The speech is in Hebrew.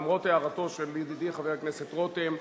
למרות הערתו של ידידי חבר הכנסת רותם,